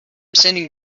sending